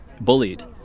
bullied